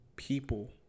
people